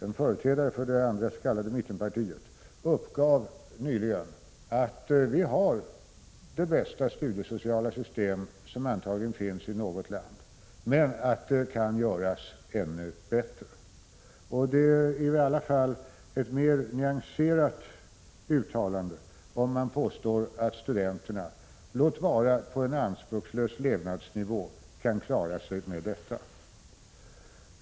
En företrädare för det andra s.k. mittenpartiet uppgav nyligen att vi antagligen har det bästa studiesociala system som finns i något land men att det kan göras ännu bättre. Det är i alla fall ett mer nyanserat uttalande, om man påstår att studenterna, låt vara på en anspråkslös levnadsnivå, kan klara sig med detta.